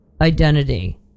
identity